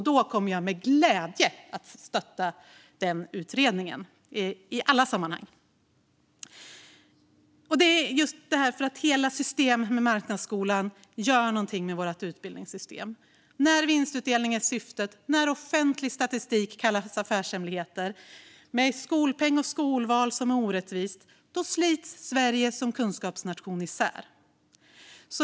Då kommer jag med glädje att stötta den utredningen i alla sammanhang. Systemet med marknadsskola gör någonting med vårt utbildningssystem. När vinstutdelning är syftet, när offentlig statistik kallas affärshemligheter och när skolpeng och skolval skapar orättvisor slits Sverige som kunskapsnation isär.